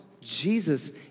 Jesus